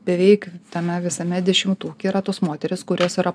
beveik tame visame dešimtuke yra tos moterys kurios yra